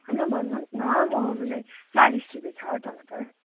होइन भन्नुहोस् न म मिलाइ चालिस रुपियाँ छ टमाटर